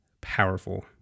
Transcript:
powerful